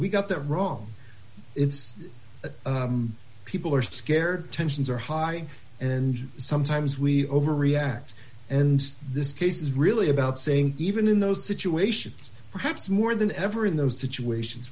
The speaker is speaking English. we got that wrong it's people are scared tensions are high and sometimes we overreact and this case is really about saying even in those situations perhaps more than ever in those situations